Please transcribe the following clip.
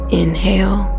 inhale